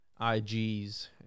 IGs